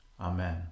Amen